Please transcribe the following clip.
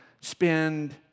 spend